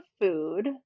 food